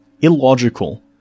illogical